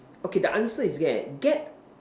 okay the answer is get get